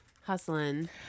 Hustling